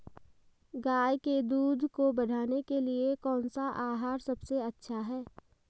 गाय के दूध को बढ़ाने के लिए कौनसा आहार सबसे अच्छा है?